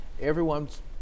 everyone's